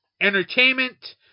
entertainment